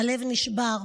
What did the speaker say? הלב נשבר.